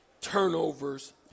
Turnovers